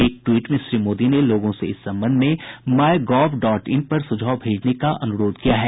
एक ट्वीट में श्री मोदी ने लोगों से इस संबंध में माई गव डॉट इन पर सुझाव भेजने का अनुरोध किया है